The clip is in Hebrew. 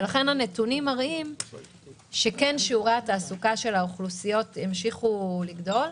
הנתונים מראים שכן שיעורי התעסוקה של האוכלוסיות המשיכו לגדול.